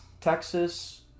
Texas